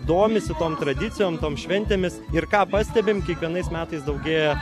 domisi tom tradicijom tom šventėmis ir ką pastebime kiekvienais metais daugėja